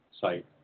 site